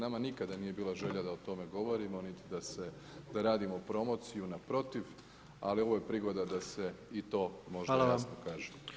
Nama nikada nije bila želja da o tome govorimo, niti da radimo promociju, naprotiv, ali i ovo je prigoda da se i to možda jasno kaže.